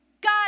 God